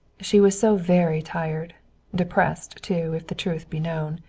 she was so very tired depressed, too, if the truth be known.